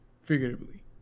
Figuratively